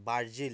Brazil